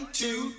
two